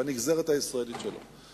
בנגזרת הישראלית שלו.